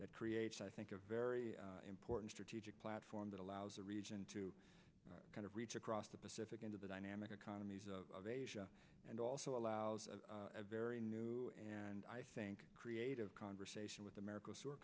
that creates i think a very important strategic platform that allows the region to kind of reach across the pacific into the dynamic economies of asia and also allows of a very new and i think creative conversation with america